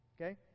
Okay